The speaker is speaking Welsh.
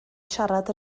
siarad